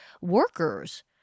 workers